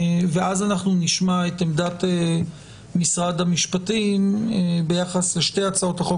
ואז אנחנו נשמע את עמדת משרד המשפטים ביחס לשתי הצעות החוק,